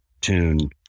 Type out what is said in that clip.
tune